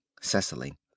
Cecily